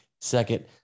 second